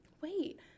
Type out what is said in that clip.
wait